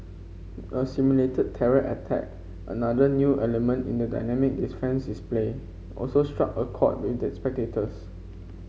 a simulated terror attack another new element in the dynamic play also struck a chord with that spectators